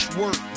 work